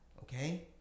Okay